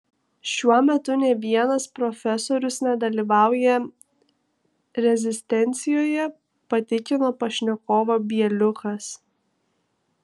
šiuo metu nė vienas profesorius nedalyvauja rezistencijoje patikino pašnekovą bieliukas